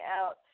out